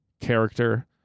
character